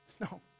No